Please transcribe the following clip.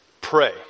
pray